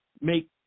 make